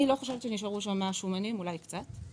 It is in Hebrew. אני לא חושבת שנשארו שם --- אולי קצת,